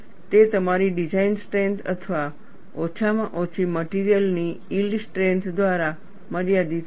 તે તમારી design strength અથવા ઓછામાં ઓછી મટિરિયલ ની યીલ્ડ સ્ટ્રેન્થ દ્વારા મર્યાદિત હશે